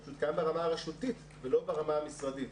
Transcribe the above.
הוא פשוט קיים ברמת הרשות ולא ברמה המשרדית.